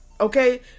Okay